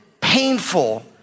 painful